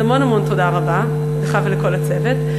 אז המון תודה לך ולכל הצוות.